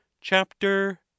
chapter